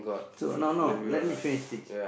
so no no let me finish this